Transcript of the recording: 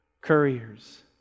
couriers